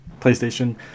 PlayStation